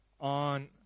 on